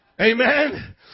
Amen